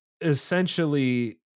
essentially